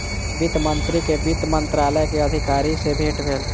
वित्त मंत्री के वित्त मंत्रालय के अधिकारी सॅ भेट भेल